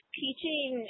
teaching